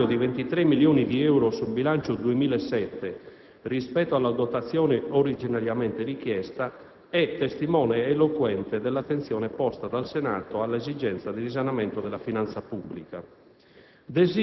al taglio di 23 milioni di euro sul bilancio 2007 rispetto alla dotazione originariamente richiesta - è testimone eloquente dell'attenzione posta dal Senato all'esigenza di risanamento della finanza pubblica.